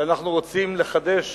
שאנחנו רוצים לחדש